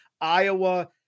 Iowa